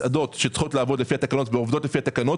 מסעדות שעובדות לפי התקנות,